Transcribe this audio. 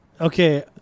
Okay